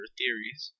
theories